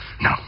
No